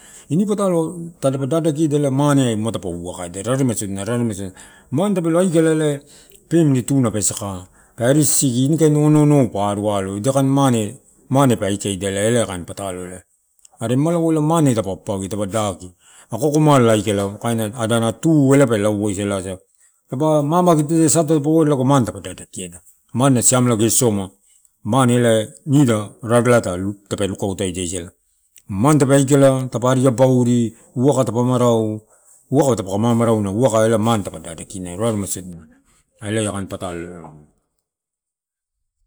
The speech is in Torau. Ini patalo tadapa dadakieda ma maneai ma tadapa waka edia raremai sodina, raremai sodina, mane tapelo aikala ela pemili tuna pe saka, pa arisisiki, ini kain onoonou pa alo, ida kain mane, mane dapa papagi dapa daki ako akomala aika, kaina ada na tu elai waisalasa, taupe mamaketeu sa taupe aloa eu ela lago mane pa dadakia eu. Mane na siamela gesi soma, mane era rarelai ta lulukauta sodia, mane tape aikala dapa ari abauri, waka dapa marau, waka dapaka mamarauina waka ela na mane taupe dadakinaeu raremai sodina elai kain patuloua.